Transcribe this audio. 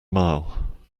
mile